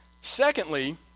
Secondly